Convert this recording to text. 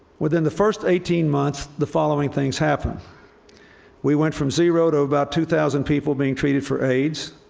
within the first eighteen months, the following things happened we went from zero to about two thousand people being treated for aids.